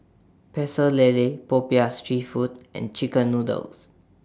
Pecel Lele Popiah Street Food and Chicken Noodles